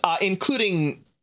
including